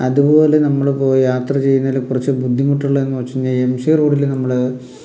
അതുപോലെ നമ്മൾ ഇപ്പോൾ യാത്ര ചെയ്യുന്നതിൽ കുറച്ച് ബുദ്ധിമുട്ടുള്ളതെന്ന് വെച്ച് കഴിഞ്ഞാൽ എം സി റോഡിൽ നമ്മൾ